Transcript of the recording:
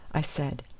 i said.